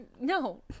No